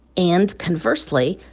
and conversely,